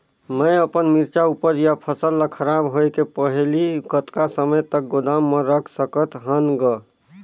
मैं अपन मिरचा ऊपज या फसल ला खराब होय के पहेली कतका समय तक गोदाम म रख सकथ हान ग?